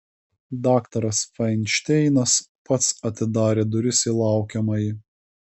daktaras fainšteinas pats atidarė duris į laukiamąjį